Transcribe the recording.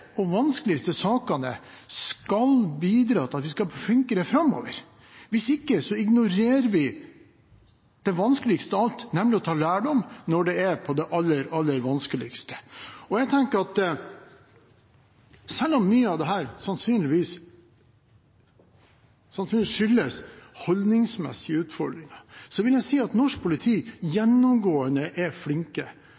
vi skal bli flinkere framover. Hvis ikke ignorerer vi det vanskeligste av alt, nemlig å ta lærdom når det er på det aller, aller vanskeligste. Selv om mye av dette sannsynligvis skyldes holdningsmessige utfordringer, vil jeg si at norsk politi